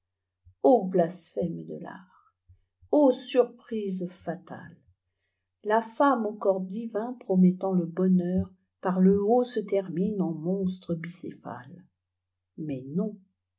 blasphème de tartl surprise fatale i la femme au corps divin promettant le bonheur par le haut se termine en monstre bicéphale i mais non